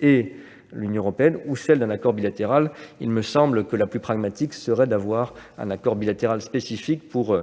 et l'Union européenne et celle d'un accord bilatéral. Il me semble que la plus pragmatique serait celle d'un accord bilatéral spécifique pour